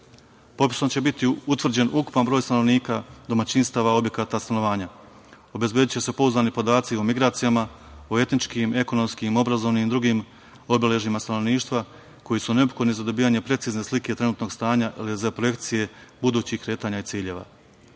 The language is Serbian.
će biti utvrđen ukupan broj stanovnika, domaćinstava, objekata stanovanja. Obezbediće se pouzdani podaci o migracijama, o etničkim, ekonomskim, obrazovnim i drugim obeležjima stanovništava koji su neophodni za dobijanje precizne slike trenutnog stanja, ali i za projekcije budućih kretanja i ciljeva. Kada